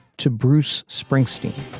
to bruce springsteen